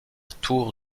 tour